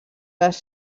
les